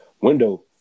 window